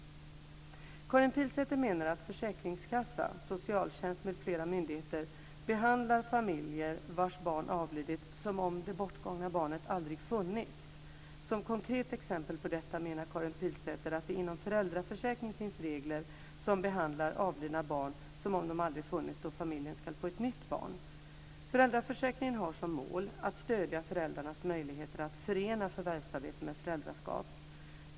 Karin Pilsäter menar att försäkringskassa, socialtjänst med flera myndigheter behandlar familjer vars barn avlidit som om det bortgångna barnet aldrig funnits. Som konkret exempel på detta menar Karin Pilsäter att det inom föräldraförsäkringen finns regler som behandlar avlidna barn som om de aldrig funnits då familjen ska få ett nytt barn. Föräldraförsäkringen har som mål att stödja föräldrarnas möjligheter att förena förvärvsarbete med föräldraskap.